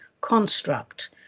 construct